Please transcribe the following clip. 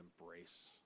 embrace